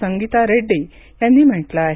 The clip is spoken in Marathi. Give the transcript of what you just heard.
संगीता रेड्डी यांनी म्हटलं आहे